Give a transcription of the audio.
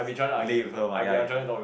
leave her money ya